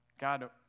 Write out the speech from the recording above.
God